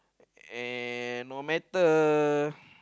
and no matter